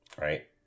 right